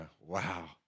wow